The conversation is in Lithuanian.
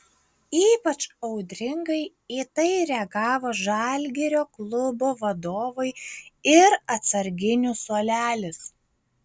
ypač audringai į tai reagavo žalgirio klubo vadovai ir atsarginių suolelis